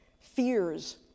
fears